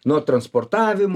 nuo transportavim